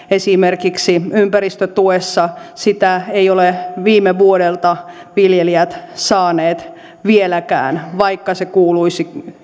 esimerkiksi ympäristötuessa sitä eivät ole viime vuodelta viljelijät saaneet vieläkään vaikka se kuuluisi